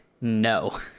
No